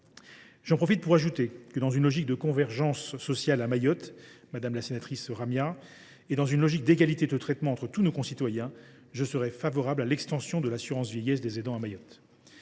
J’en profite pour ajouter que, dans une logique de convergence sociale à Mayotte, madame la sénatrice Ramia, et d’égalité de traitement entre tous nos concitoyens, je serai favorable à l’extension de l’assurance vieillesse des aidants à Mayotte.